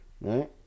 Right